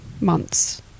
months